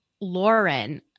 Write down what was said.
lauren